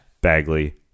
Bagley